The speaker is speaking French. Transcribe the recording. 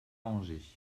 angers